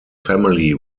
family